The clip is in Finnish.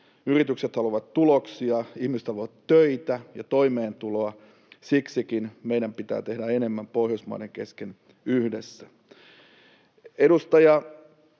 Yritykset haluavat tuloksia, ihmiset haluavat töitä ja toimeentuloa. Siksikin meidän pitää tehdä enemmän Pohjoismaiden kesken yhdessä. Edustaja